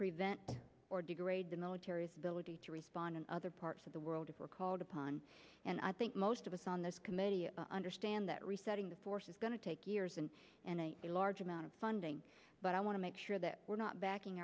prevent or degrade the military's ability to respond in other parts of the world if we're called upon and i think most of us on this committee understand that resetting the force is going to take years and a large amount of funding but i want to make sure that we're not backing